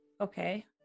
okay